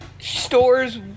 Stores